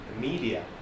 media